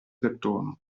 perdono